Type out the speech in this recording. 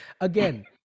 Again